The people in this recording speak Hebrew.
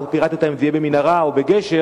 לא פירטת אם השטח יהיה במנהרה או בגשר,